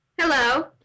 Hello